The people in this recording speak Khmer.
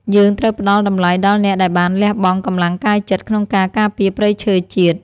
យើងត្រូវផ្តល់តម្លៃដល់អ្នកដែលបានលះបង់កម្លាំងកាយចិត្តក្នុងការការពារព្រៃឈើជាតិ។